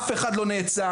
אף אחד לא נעצר.